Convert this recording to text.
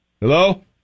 Hello